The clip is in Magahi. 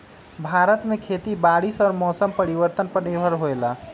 भारत में खेती बारिश और मौसम परिवर्तन पर निर्भर होयला